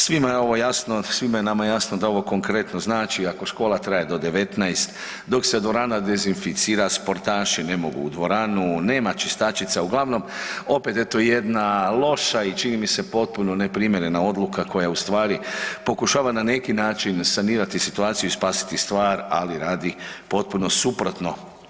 Svima je ovo jasno, svima je nama jasno da ovo konkretno znači ako škola traje do 19, dok se dvorana dezinficira, sportaši ne mogu u dvoranu, nema čistačica, uglavnom opet eto jedna loša i čini mi se potpuno neprimjerena odluka koja ustvari pokušava na neki način sanirati situaciju i spasiti stvar ali radi potpuno suprotno.